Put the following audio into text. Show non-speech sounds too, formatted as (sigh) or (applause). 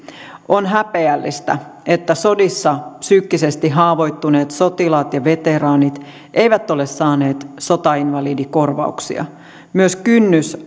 on häpeällistä että sodissa psyykkisesti haavoittuneet sotilaat ja veteraanit eivät ole saaneet sotainvalidikorvauksia myös kynnys (unintelligible)